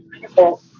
people